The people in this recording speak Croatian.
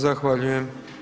Zahvaljujem.